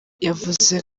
yavuze